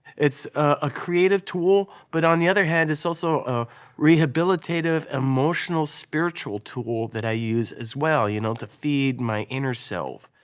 it's a creative tool but on the other hand it's also ah rehabilitative, emotional and spiritual tool that i use as well you know to feed my inner soul.